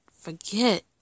forget